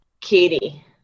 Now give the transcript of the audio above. katie